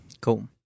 cool